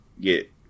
get